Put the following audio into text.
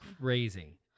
Crazy